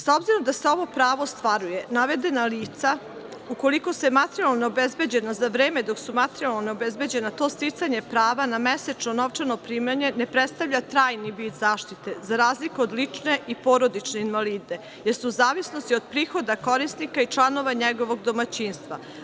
S obzirom da se ovo pravo ostvaruje, navedena lica ukoliko su materijalno neobezbeđena, za vreme dok su materijalno neobezbeđena to sticanje prava na mesečno novčano primanje ne predstavlja trajni vid zaštite, za razliku od ličnih i porodičnih invalidnina, jer su u zavisnosti od prihoda korisnika i članova njegovog domaćinstva.